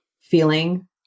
feeling